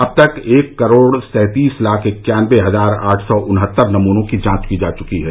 अब तक एक करोड़ सैंतीस लाख इक्यानबे हजार आठ सौ उन्हतर नमूनों की जांच की जा चुकी है